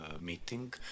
meeting